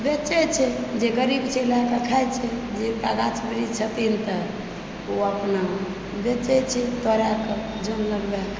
बेचै छै जे गरीब छै लै कऽ खाय छै जिनका गाछ वृक्ष छथिन तऽ ओ अपना बेचै छै तोड़ाए कऽजन लगबाए कऽ